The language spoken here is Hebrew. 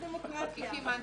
ישקע בבוץ ויהרוס את הדמוקרטיה.